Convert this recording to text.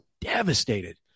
devastated